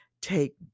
take